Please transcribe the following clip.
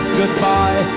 goodbye